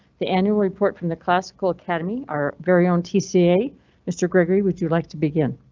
the annual report from the classical academy. our very own tca mr gregory. would you like to begin?